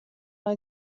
nei